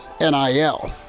NIL